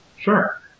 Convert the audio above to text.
Sure